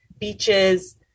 beaches